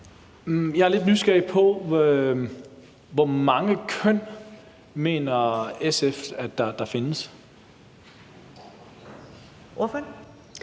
Jeg er lidt nysgerrig på, hvor mange køn SF mener der findes. Kl.